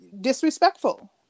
disrespectful